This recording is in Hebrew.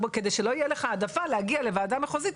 כדי שלא תהיה לך העדפה להגיע לוועדה מחוזית,